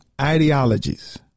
ideologies